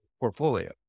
portfolio